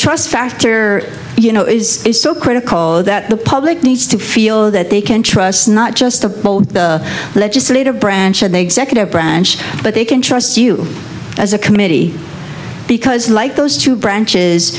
trust factor you know is is so critical that the public needs to feel that they can trust not just the legislative branch of the executive branch but they can trust you as a committee because like those two branches